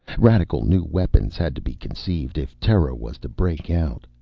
radical new weapons had to be conceived, if terra was to break out.